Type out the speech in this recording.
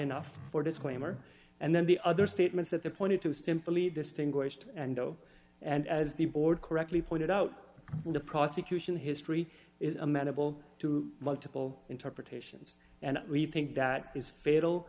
enough for disclaimer and then the other statements that they pointed to simply distinguished and oh and as the board correctly pointed out the prosecution history is amenable to multiple interpretations and we think that is fatal